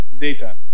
data